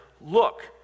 look